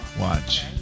watch